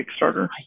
Kickstarter